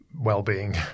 well-being